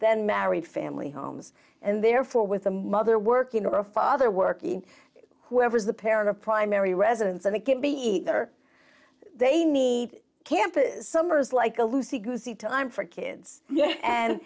than married family homes and therefore with a mother working or a father working whoever is the parent of primary residence and it can be either they need can't summers like a lucy goosey time for kids